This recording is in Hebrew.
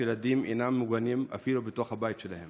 שילדים אינם מוגנים אפילו בתוך הבית שלהם